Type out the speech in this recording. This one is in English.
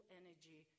energy